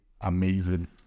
amazing